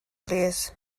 plîs